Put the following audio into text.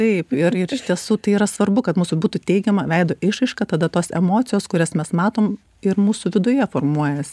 taip ir ir iš tiesų tai yra svarbu kad mūsų būtų teigiama veido išraiška tada tos emocijos kurias mes matom ir mūsų viduje formuojas